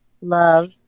love